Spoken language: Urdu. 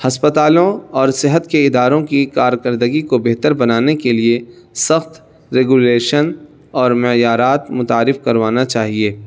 ہسپتالوں اور صحت کے اداروں کی کارکردگی کو بہتر بنانے کے لیے سخت ریگولیشن اور معیارات متعارف کروانا چاہیے